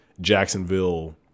Jacksonville